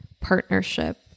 partnership